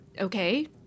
okay